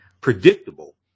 predictable